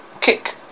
Kick